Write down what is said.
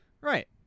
Right